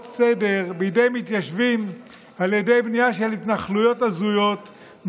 סדר בידי מתיישבים על ידי בנייה של התנחלויות הזויות,